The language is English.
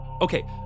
Okay